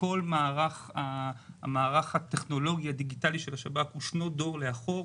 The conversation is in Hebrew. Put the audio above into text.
כל המערך הטכנולוגי-דיגיטלי של השב"ס הוא שנות דור לאחור,